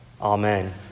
Amen